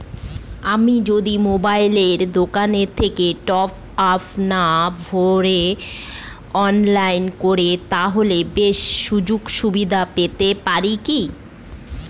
আমি যদি মোবাইলের দোকান থেকে টপআপ না ভরে অনলাইনে করি তাহলে বিশেষ সুযোগসুবিধা পেতে পারি কি?